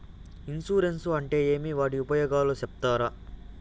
Insurance అంటే ఏమి? వాటి ఉపయోగాలు సెప్తారా?